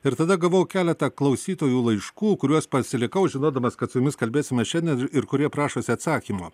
ir tada gavau keletą klausytojų laiškų kuriuos pasilikau žinodamas kad su jumis kalbėsime šiandien ir kurie prašosi atsakymo